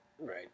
Right